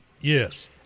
Yes